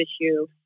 issue